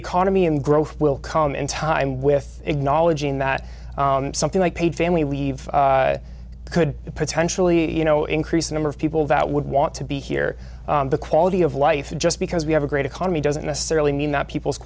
economy and growth will come in time with acknowledging that something like paid family leave could potentially you know increase the number of people that would want to be here the quality of life that just because we have a great economy doesn't necessarily mean that people's